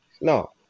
No